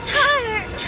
tired